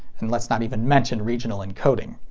and let's not even mention regional encoding.